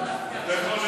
בוא נפתח את זה.